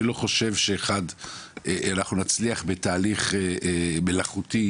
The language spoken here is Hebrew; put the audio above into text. אני לא חושב שאנחנו נצליח בתהליך מלאכותי